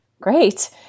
Great